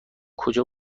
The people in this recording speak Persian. کجا